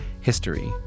history